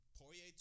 Poirier